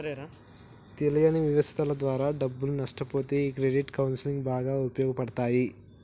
తెలియని వ్యవస్థల ద్వారా డబ్బుల్ని నష్టపొతే ఈ క్రెడిట్ కౌన్సిలింగ్ బాగా ఉపయోగపడతాయి